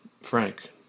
Frank